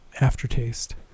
aftertaste